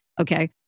Okay